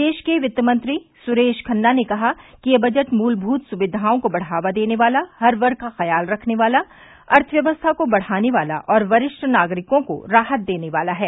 प्रदेश के वित्त मंत्री सुरेश कुमार खन्ना ने कहा कि यह बजट मूलभूत सुविधाओं को बढ़ावा देने वाला हर वर्ग का ख्याल रखने वाला अर्थव्यवस्था को बढ़ाने वाला और वरिष्ठ नागरिकों को राहत देने वाला है